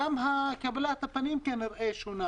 כנראה שגם קבלת הפנים שונה.